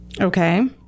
okay